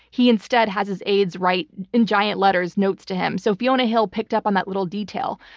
he instead has his aides write in giant letters notes to him. so fiona hill picked up on that little detail,